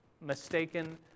mistaken